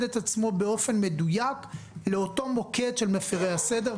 את עצמו באופן מדויק לאותו מוקד של מפרי הסדר,